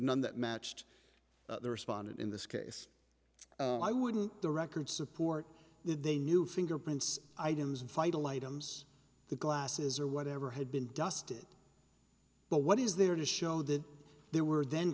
one that matched the respondent in this case i wouldn't the record support they knew fingerprints items vital items the glasses or whatever had been dusted but what is there to show that there were then